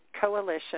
Coalition